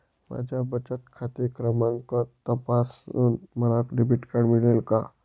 माझा बचत खाते क्रमांक तपासून मला डेबिट कार्ड मिळेल का?